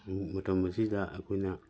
ꯃꯇꯝ ꯑꯁꯤꯗ ꯑꯩꯈꯣꯏꯅ